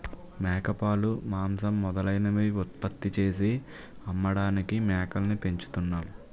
మేకపాలు, మాంసం మొదలైనవి ఉత్పత్తి చేసి అమ్మడానికి మేకల్ని పెంచుతున్నాం